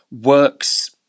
works